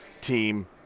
team